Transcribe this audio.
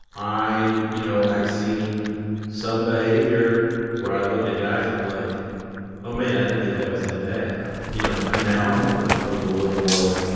i you know, i've seen some behavior where i look at guys and i'm like oh, man. i didn't think that was that bad. or you know and now, like, i'm um a little more.